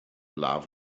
love